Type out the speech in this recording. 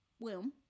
womb